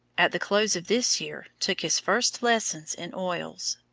at the close of this year took his first lessons in oils.